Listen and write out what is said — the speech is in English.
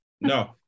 No